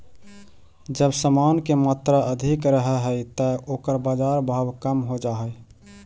जब समान के मात्रा अधिक रहऽ हई त ओकर बाजार भाव कम हो जा हई